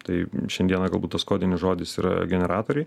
tai šiandieną galbūt tas kodinis žodis yra generatoriai